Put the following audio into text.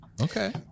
Okay